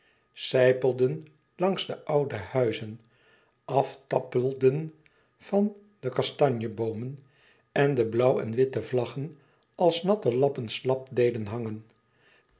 sijpelden langs de oude huizen aftappelden van de kastanjeboomen en de blauw en witte vlaggen als natte lappen slap deden hangen